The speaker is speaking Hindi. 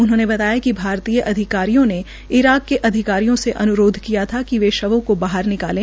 उन्होंने बताया कि भारतीय अधिकारियों ने ईराक के अधिकारियों से अन्रोध किया था कि वे शवों को बाहर निकाले